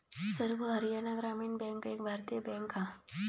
सर्व हरयाणा ग्रामीण बॅन्क एक भारतीय बॅन्क हा